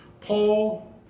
Paul